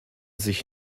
sich